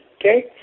okay